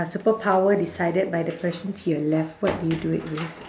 a superpower decided by the person to your left what do you do it with